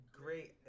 great